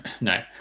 no